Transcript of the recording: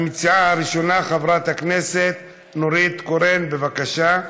המציעה הראשונה, חברת הכנסת נורית קורן, בבקשה.